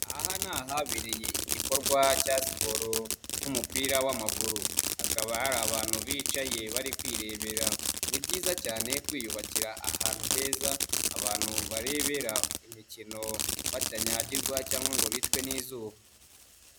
Aha ni ahabereye igikorwa cya siporo nk'umupira w'amaguru hakaba hari abantu bicaye bari kwirebera. Ni byiza cyane kwiyubakira ahantu heza abantu barebera imikino batanyagirwa cyangwa ngo bicwe n'izuba.